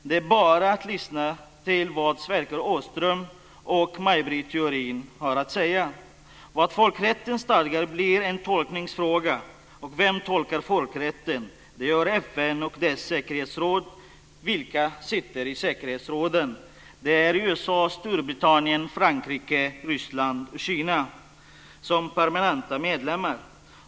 Det är bara att lyssna till vad Sverker Åström och Maj Britt Theorin har att säga. Vad folkrätten stadgar blir en tolkningsfråga, och vem tolkar folkrätten? Det gör FN och dess säkerhetsråd. Vilka sitter i säkerhetsrådet? Det är USA, Storbritannien, Frankrike, Ryssland och Kina som är permanenta medlemmar.